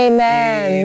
Amen